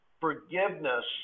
Forgiveness